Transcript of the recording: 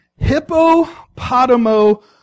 hippopotamo